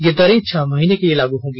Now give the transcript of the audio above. ये दरें छह महीने के लिए लाग होंगी